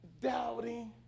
doubting